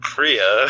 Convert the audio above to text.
Priya